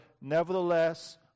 nevertheless